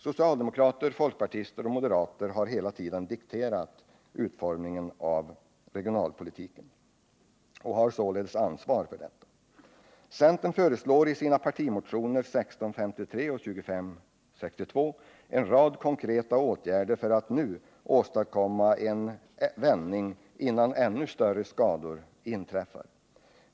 Socialdemokrater, folkpartister och moderater har hela tiden dikterat utformningen av regionalpolitiken och har således ansvar för den. Centern föreslår i sina partimotioner 1653 och 2562 en rad konkreta åtgärder för att nu åstadkomma en vändning innan ännu större skador inträffar.